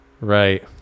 Right